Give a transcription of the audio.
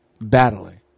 battling